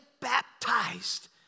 baptized